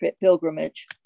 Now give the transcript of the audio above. pilgrimage